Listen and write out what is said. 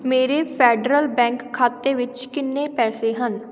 ਮੇਰੇ Federal Bank ਖਾਤੇ ਵਿੱਚ ਕਿੰਨੇ ਪੈਸੇ ਹਨ